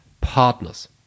partners